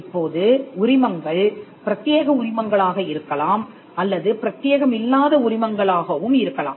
இப்போது உரிமங்கள் பிரத்தியேக உரிமங்களாக இருக்கலாம் அல்லது பிரத்தியேகமில்லாத உரிமங்கள் ஆகவும் இருக்கலாம்